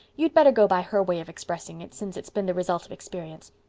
you'd better go by her way of expressing it, since it's been the result of experience.